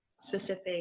specific